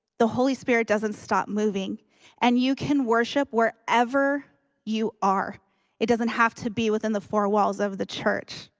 the holy spirit doesn't stop moving and you can worship wherever you are it doesn't have to be within the four walls of the church.